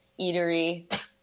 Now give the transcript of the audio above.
eatery